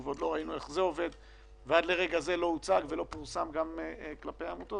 אלא שהקריטריונים לא פורסמו עד עכשיו,